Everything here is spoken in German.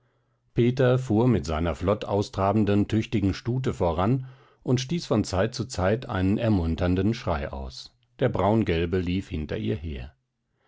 peter fuhr mit seiner flott austrabenden tüchtigen stute voran und stieß von zeit zu zeit einen ermunternden schrei aus der braungelbe lief hinter ihr her